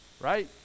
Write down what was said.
Right